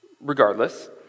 Regardless